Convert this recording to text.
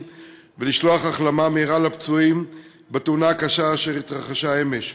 ולשלוח החלמה מהירה לפצועים בתאונה הקשה שהתרחשה אמש.